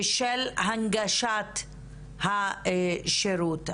ושל הנגשת השירות.